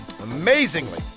Amazingly